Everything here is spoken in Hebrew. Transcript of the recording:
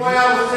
אם הוא היה רוצה,